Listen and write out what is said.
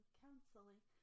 counseling